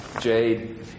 jade